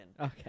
Okay